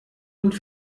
und